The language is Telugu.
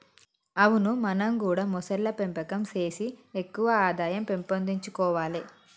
అవును మనం గూడా మొసళ్ల పెంపకం సేసి ఎక్కువ ఆదాయం పెంపొందించుకొవాలే